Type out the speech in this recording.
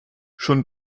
schon